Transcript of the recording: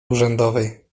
urzędowej